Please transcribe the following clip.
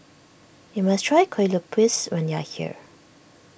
you must try Kue Lupis when you are here